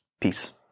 Peace